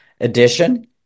edition